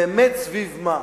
באמת סביב מה?